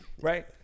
right